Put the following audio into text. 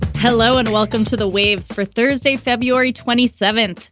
hello and welcome to the waves for thursday, february twenty seven.